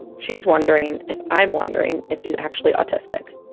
and she's wondering if i'm wondering if she's actually autistic